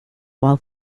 while